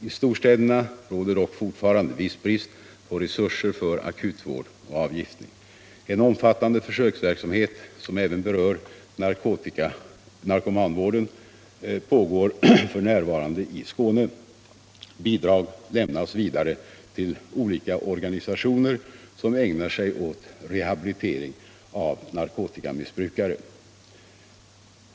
I storstäderna råder dock fortfarande viss brist på resurser för akutvård och avgiftning. En omfattande försöksverksamhet som även berör narkomanvården pågår f.n. i Skåne. Bidrag lämnas vidare till olika organisationer som ägnar sig åt rehabilitering av narkotikamissbrukare.